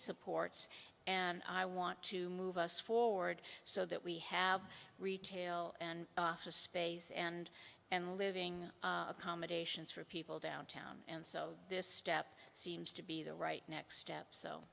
supports and i want to move us forward so that we have retail and office space and and living accommodations for people downtown and so this step seems to be the right next step so